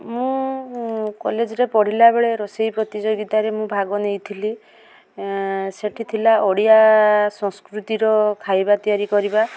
ମୁଁ କଲେଜରେ ପଢ଼ିଲା ବେଳେ ରୋଷେଇ ପ୍ରତିଯୋଗୀତାରେ ମୁଁ ଭାଗ ନେଇ ଥିଲି ସେଇଠି ଥିଲା ଓଡ଼ିଆ ସଂସ୍କୃତିର ଖାଇବା ତିଆରି କରିବା